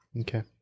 Okay